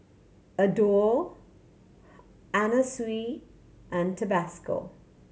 Adore Anna Sui and Tabasco